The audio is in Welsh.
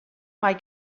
mae